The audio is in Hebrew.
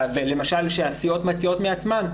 למשל שהסיעות מציעות מעצמן,